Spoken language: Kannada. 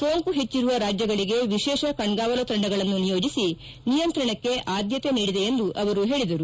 ಸೋಂಕು ಹೆಚ್ಚರುವ ರಾಜ್ಯಗಳಿಗೆ ವಿಶೇಷ ಕಣ್ಸಾವಲು ತಂಡಗಳನ್ನು ನಿಯೋಜಿಸಿ ನಿಯಂತ್ರಣಕ್ಕೆ ಆದ್ಲತೆ ನೀಡಿದೆ ಎಂದು ಹೇಳಿದರು